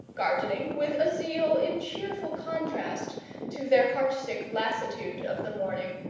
gardening with a zeal in cheerful contrast to their heartsick lassitude of the morning.